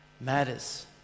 matters